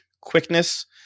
Quickness